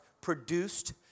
produced